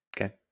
okay